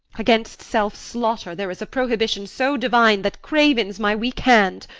against self-slaughter there is a prohibition so divine that cravens my weak hand.